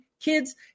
kids